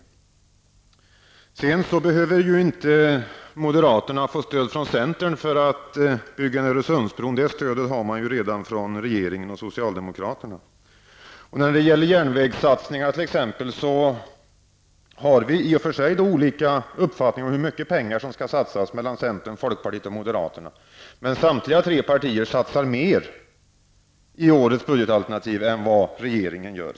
Moderaterna behöver ju inte ha stöd från centern för att få bygga en Öresundsbro. Det stödet har man ju redan från regeringen och socialdemokraterna. I fråga om järnvägssatsningar har vi i centern, folkpartiet och moderata samlingspartiet i och för sig olika uppfattning om hur mycket pengar som skall satsas. Men samtliga tre partier vill satsa mer i årets budgetalternativ än vad regeringen gör.